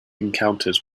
encounters